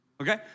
okay